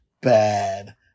bad